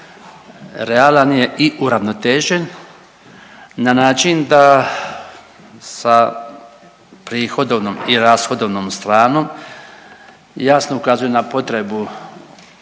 realan je i uravnotežen na način da sa prihodovnom i rashodovnom stranom jasno ukazuje na potrebu